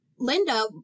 Linda